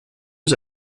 was